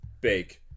big